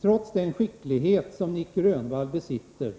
Trots den skicklighet som Nic Grönvall besitter